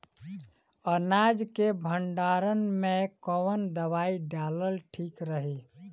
अनाज के भंडारन मैं कवन दवाई डालल ठीक रही?